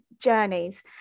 journeys